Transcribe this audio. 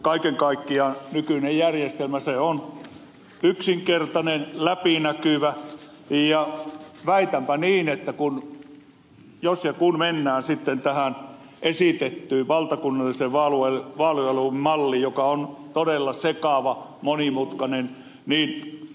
kaiken kaikkiaan nykyinen järjestelmä on yksinkertainen läpinäkyvä ja väitänpä niin että jos ja kun mennään sitten tähän esitettyyn valtakunnallisen vaalialueen malliin joka on todella sekava monimutkainen neljä ne